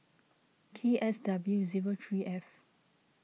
K S W zero three F